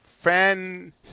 fan